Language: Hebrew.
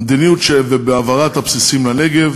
המדיניות שבהעברת הבסיסים לנגב